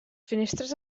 finestres